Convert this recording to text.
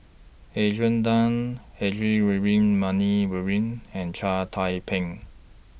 Adrian Tan Heinrich Ludwig Many Luering and Chia Thye Ping